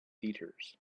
theatres